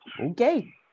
okay